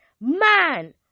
man